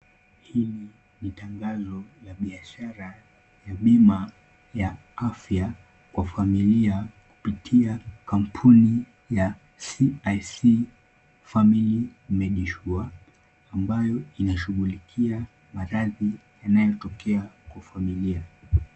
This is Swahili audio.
Hili ni tangazo la biashara la bima ya afya kwa familia kupitia kampuni ya CIC Family Medisure , ambayo inashughulikia maradhi yanayotokea kwa familia.